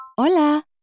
Hola